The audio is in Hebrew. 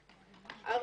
(4)